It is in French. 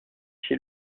chez